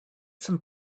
some